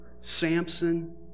Samson